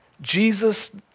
Jesus